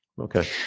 Okay